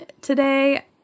today